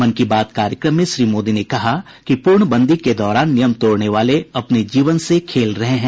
मन की बात कार्यक्रम में श्री मोदी ने कहा कि प्रर्णबंदी के दौरान नियम तोड़ने वाले अपने जीवन से खेल रहे हैं